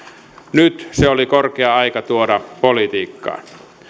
nyt se oli korkea aika tuoda politiikkaan